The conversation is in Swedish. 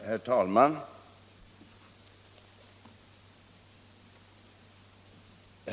Herr talman!